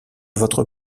votre